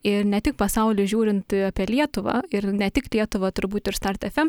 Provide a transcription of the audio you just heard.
ir ne tik pasauly žiūrint apie lietuvą ir ne tik lietuvą turbūt ir start fm